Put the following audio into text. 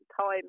time